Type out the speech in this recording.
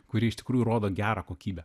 kurie iš tikrųjų rodo gerą kokybę